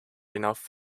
enough